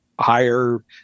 higher